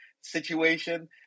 situation